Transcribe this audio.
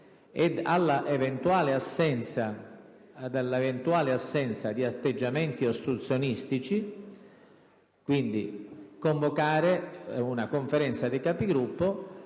ed all'eventuale assenza di atteggiamenti ostruzionistici, convocare una Conferenza dei Capigruppo,